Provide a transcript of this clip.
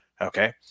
okay